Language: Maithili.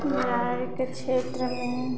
के क्षेत्रमे